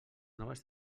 noves